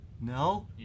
No